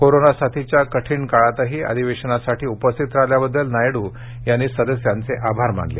corona साथीच्या कठीण काळातही अधिवेशनसाठी उपस्थित राहील्याबद्दल नायडू यांनी सदस्यांचे आभार मानले